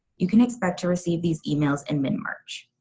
you can expect to receive these emails in mid-march.